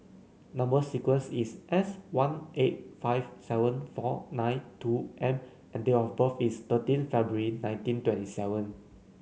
number sequence is S one eight five seven four nine two M and date of birth is thirteen February nineteen twenty seven